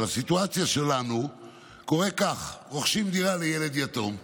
בסיטואציה שלנו קורה כך: רוכשים דירה לילד יתום.